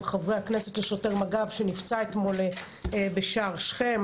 חברי הכנסת לשוטר מג"ב שנפצע אתמול בשער שכם.